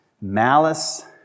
Malice